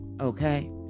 okay